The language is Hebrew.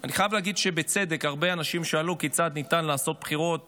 אני חייב להגיד שבצדק הרבה אנשים שאלו כיצד ניתן לעשות בחירות